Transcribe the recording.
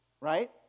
right